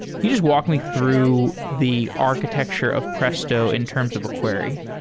you just walk me through the architecture of presto in terms of a query?